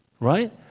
Right